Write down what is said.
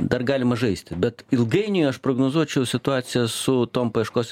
dar galima žaisti bet ilgainiui aš prognozuočiau situacija su tom paieškos